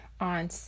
on